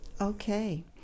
okay